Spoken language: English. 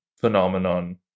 phenomenon